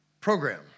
program